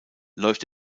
läuft